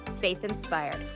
faith-inspired